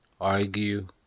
argue